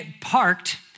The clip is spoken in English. parked